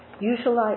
Usually